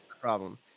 Problem